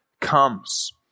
comes